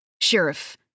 Sheriff